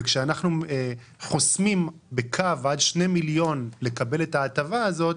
וכשאנחנו חוסמים בקו עד 2 מיליון לקבל את ההטבה הזאת,